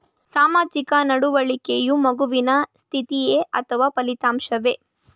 ಸಾಮಾಜಿಕ ನಡವಳಿಕೆಯು ಮಗುವಿನ ಸ್ಥಿತಿಯೇ ಅಥವಾ ಫಲಿತಾಂಶವೇ?